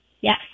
Yes